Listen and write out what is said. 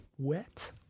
wet